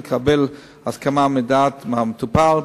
לקבל הסכמה מדעת מהמטופל.